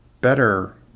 better